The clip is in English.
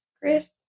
Chris